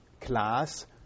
class